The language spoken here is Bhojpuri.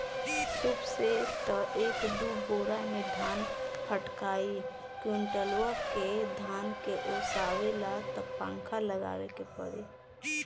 सूप से त एक दू बोरा ही धान फटकाइ कुंयुटल के धान के ओसावे ला त पंखा लगावे के पड़ी